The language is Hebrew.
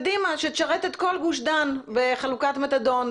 קדימה שתשרת את כול גוש דן בחלוקת מתדון.